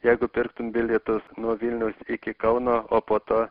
jeigu pirktum bilietus nuo vilniaus iki kauno o po to